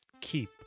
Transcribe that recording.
keep